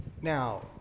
Now